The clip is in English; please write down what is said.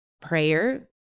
prayer